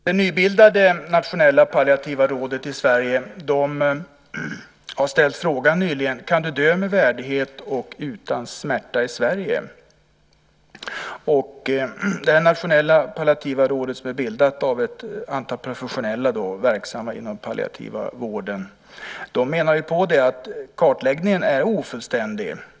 Det nybildade nationella palliativa rådet i Sverige har nyligen ställt frågan: Kan du dö med värdighet och utan smärta i Sverige? Det nationella palliativa rådet har bildats av ett antal professionella verksamma inom den palliativa vården. De menar att kartläggningen är ofullständig.